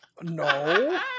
No